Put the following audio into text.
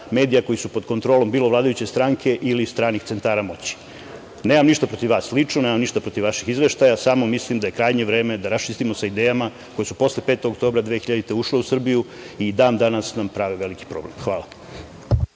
medija koji su pod kontrolom bilo vladajuće stranke ili stranih centara moći. Nemam ništa protiv vas lično, nemam ništa protiv vaših izveštaja, samo mislim da je krajnje vreme da raščistimo sa idejama koje su posle 5. oktobra 2000. godine ušle u Srbiju i dan danas nam prave veliki problem. Hvala.